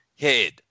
head